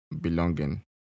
belonging